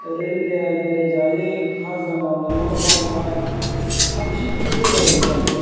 ओरैनो बेराय बेराय जायो हाजिरा मावनो लेंबाबो मावा सानबेसे बिदिजों बेराय बेराय मोनजानो